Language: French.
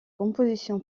composition